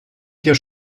dir